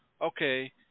Okay